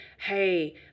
hey